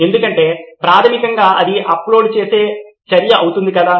ఎందుకంటే ప్రాథమికంగా ఇది అప్లోడ్ చేసే చర్య అవుతుంది కదా